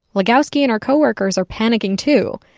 legowski and her coworkers are panicking too.